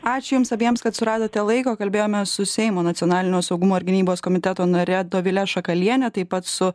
ačiū jums abiems kad suradote laiko kalbėjome su seimo nacionalinio saugumo ir gynybos komiteto nare dovile šakaliene taip pat su